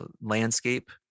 landscape